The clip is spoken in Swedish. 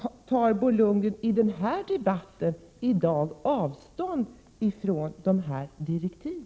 Tar Bo Lundgren i dagens debatt avstånd från dessa direktiv?